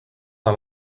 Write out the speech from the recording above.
del